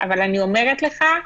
אבל אני אומרת לך: